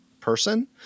person